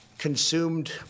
Consumed